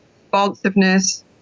responsiveness